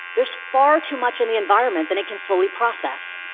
there's far too much in the environment than it can fully process.